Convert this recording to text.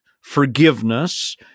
forgiveness